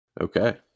Okay